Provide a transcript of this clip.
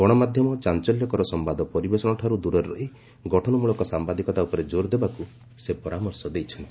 ଗଣମାଧ୍ୟମ ଚାଞ୍ଚଲ୍ୟକର ସମ୍ଭାଦ ପରିବେଷଣଠାରୁ ଦୂରରେ ରହି ଗଠନମୂଳକ ସାମ୍ଭାଦିକତା ଉପରେ କୋରଦେବାକୁ ସେ ପରାମର୍ଶ ଦେଇଛନ୍ତି